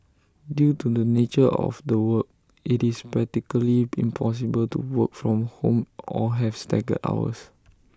due to the nature of the work IT is practically impossible to work from home or have staggered hours